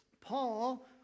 Paul